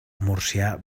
murcià